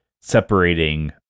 separating